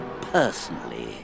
personally